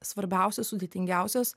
svarbiausias sudėtingiausias